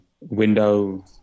window